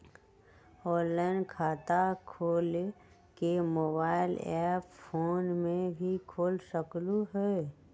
Online खाता खोले के मोबाइल ऐप फोन में भी खोल सकलहु ह?